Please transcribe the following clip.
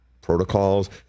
protocols